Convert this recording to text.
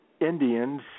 Indians